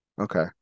Okay